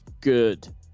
good